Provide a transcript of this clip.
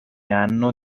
anno